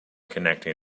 connecting